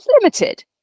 limited